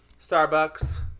starbucks